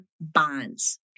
bonds